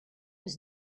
was